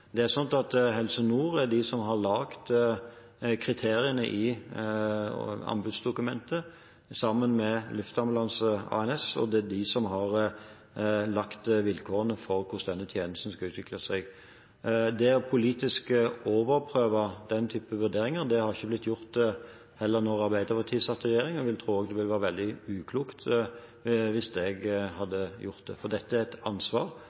det veldig fornuftig at de som har ansvar for tjenesten, gjør. Helse Nord har laget kriteriene i anbudsdokumentet, sammen med Luftambulanse ANS, og det er de som har satt vilkårene for hvordan denne tjenesten skal utvikles. Politisk å overprøve den typen vurderinger ble heller ikke gjort da Arbeiderpartiet satt i regjering, og jeg tror det ville vært veldig uklokt hvis jeg hadde gjort det, for dette er et ansvar